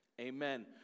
amen